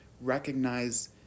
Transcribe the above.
recognize